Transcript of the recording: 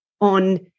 on